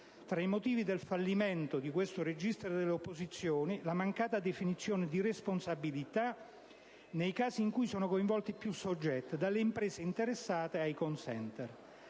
Tra i motivi del fallimento di questo registro delle opposizioni vi è la mancata definizione di responsabilità nei casi in cui sono coinvolti più soggetti, dalle imprese interessate ai *call* *center*.